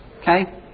Okay